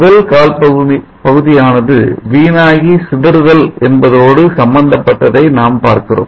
முதல் கால் பகுதியானது வீணாகி சிதறுதல் என்பதோடு சம்பந்தப்பட்டதை நாம் பார்க்கிறோம்